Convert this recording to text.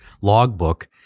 logbook